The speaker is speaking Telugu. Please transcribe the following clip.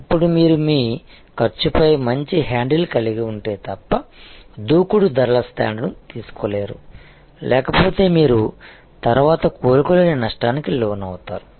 ఇప్పుడు మీరు మీ ఖర్చుపై మంచి హ్యాండిల్ కలిగి ఉంటే తప్ప దూకుడు ధరల స్టాండ్లను తీసుకోలేరు లేకపోతే మీరు తరువాత కోలుకోలేని నష్టానికి లోనవుతారు